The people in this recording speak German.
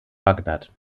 bagdad